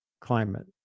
climate